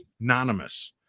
Anonymous